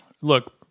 Look